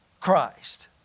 Christ